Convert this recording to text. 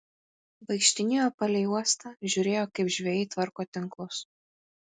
vaikštinėjo palei uostą žiūrėjo kaip žvejai tvarko tinklus